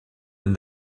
and